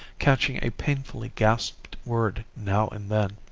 catching a painfully gasped word now and then.